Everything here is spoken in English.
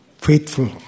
faithful